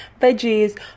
veggies